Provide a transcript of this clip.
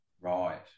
Right